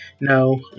No